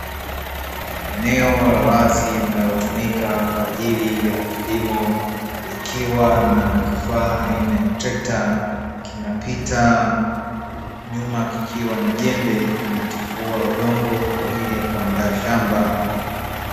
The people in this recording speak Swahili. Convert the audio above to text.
Eneo la wazi linalotumika kwa ajili ya kilimo, likiwa na vifaa aina ya trekta kinapita, nyuma kikiwa na jembe linatifua udongo kwa ajili ya kuandaa shamba.